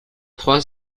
trois